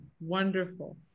wonderful